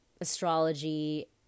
astrology